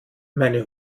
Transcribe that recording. meine